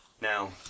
Now